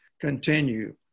continue